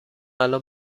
الان